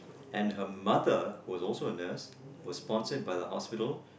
and her mother who was also a nurse was sponsored by the hospital